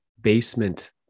basement